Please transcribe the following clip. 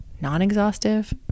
non-exhaustive